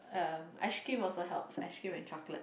um ice-cream also helps ice-cream and chocolates